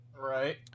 Right